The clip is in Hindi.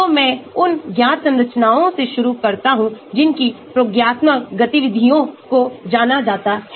तो मैं उन ज्ञात संरचनाओं से शुरू करता हूं जिनकी प्रयोगात्मक गतिविधियों को जाना जाता है